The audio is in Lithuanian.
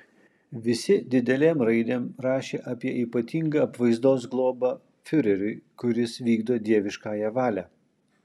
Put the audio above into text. visi didelėm raidėm rašė apie ypatingą apvaizdos globą fiureriui kuris vykdo dieviškąją valią